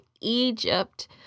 Egypt